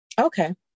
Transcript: Okay